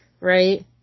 right